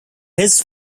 his